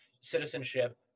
citizenship